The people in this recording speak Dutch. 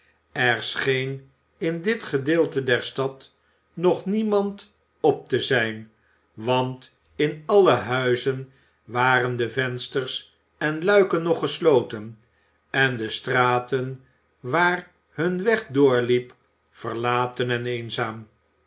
er scheen in dit gedeelte der stad nog niemand op te zijn want in alle huizen waren de vensters en luiken nog gesloten en de straten waar hun weg doorliep ver aten en eenzaam